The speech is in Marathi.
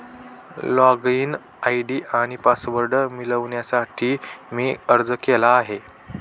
लॉगइन आय.डी आणि पासवर्ड मिळवण्यासाठी मी अर्ज केला आहे